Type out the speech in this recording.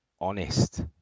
honest